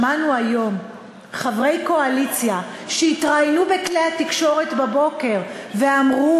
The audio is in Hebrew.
שמענו היום בבוקר חברי קואליציה שהתראיינו בכלי התקשורת ואמרו: